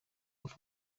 ava